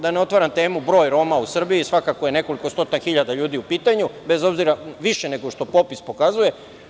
Da ne otvaram temu broj Roma u Srbiji, svakako je nekoliko stotina hiljada ljudi u pitanju, više nego što popis pokazuje.